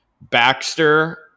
baxter